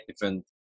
different